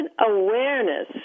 awareness